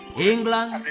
England